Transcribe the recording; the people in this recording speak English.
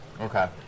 Okay